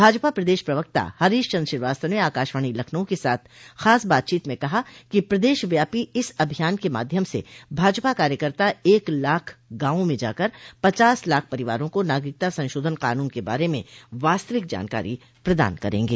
भाजपा प्रदेश प्रवक्ता हरीश चन्द्र श्रीवास्तव ने आकाशवाणी लखनऊ के साथ खास बातचीत में कहा कि प्रदेश व्यापी इस अभियान क माध्यम से भाजपा कार्यकर्ता एक लाख गांवों में जाकर पचास लाख परिवारों को नागरिकता संशोधन कानून के बारे में वास्तविक जानकारी प्रदान करेंगे